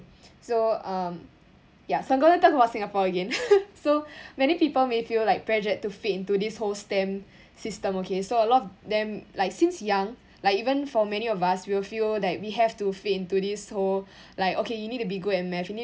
so um ya so I'm going to talk about singapore again so many people may feel like pressured to fit into this whole STEM system okay so a lot of them like since young like even for many of us we will feel that we have to fit into this whole like okay you need to be good in math you need